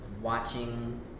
watching